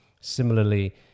Similarly